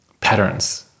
patterns